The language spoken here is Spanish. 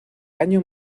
año